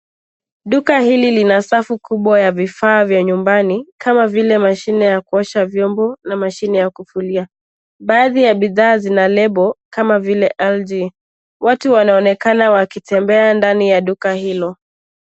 Duka hili lina safu kubwa ya vifaa vya nyumbani, kama vile mashine ya kuosha vyombo na mashine ya kufulia. Baadhi ya bidhaa zina lebo, kama vile LG. Watu wanaonekana wakitembea ndani ya duka hilo.